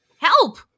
help